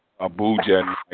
Abuja